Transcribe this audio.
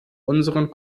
unseren